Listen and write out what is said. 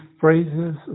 phrases